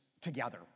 together